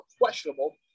questionable